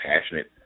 passionate